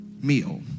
meal